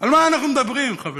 על מה אנחנו מדברים, חברים?